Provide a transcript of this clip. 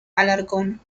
alarcón